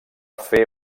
fer